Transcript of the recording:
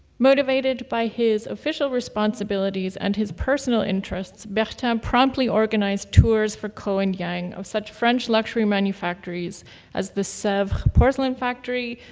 motivated by his official responsibilities and his personal interests, bertin um promptly organized tours for ko and yang of such french luxury manufactories as the sevres porcelain factory,